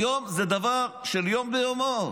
והיום זה דבר יום ביומו.